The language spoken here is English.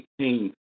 2018